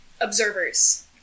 observers